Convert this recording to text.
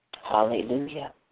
Hallelujah